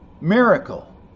miracle